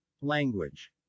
Language